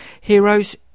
Heroes